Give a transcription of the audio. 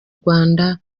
rwanda